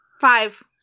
five